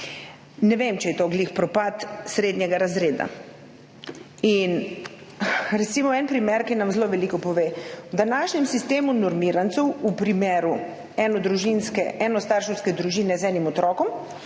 Ne vem, če je to ravno propad srednjega razreda. Recimo en primer, ki nam zelo veliko pove. V današnjem sistemu normirancev je v primeru enostarševske družine z enim otrokom